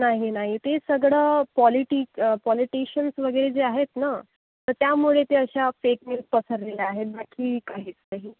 नाही नाही ते सगळं पॉलिटिक पॉलिटिशन्स वगैरे जे आहेत ना त त्यामुळे ते अशा फेक न्यूज पसरलेल्या आहे बाकी काहीच नाही